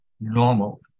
normal